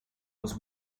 was